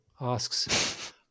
asks